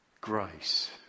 Grace